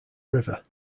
river